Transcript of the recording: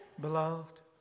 Beloved